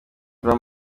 jean